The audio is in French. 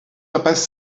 impasse